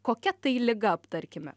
kokia tai liga aptarkime